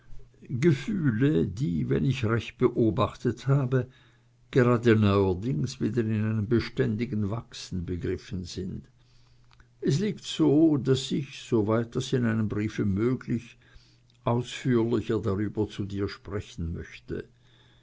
gefühle die wenn ich recht beobachtet habe gerade neuerdings wieder in einem beständigen wachsen begriffen sind es liegt so daß ich soweit das in einem briefe möglich ausführlicher darüber zu dir sprechen möchte